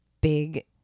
big